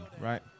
right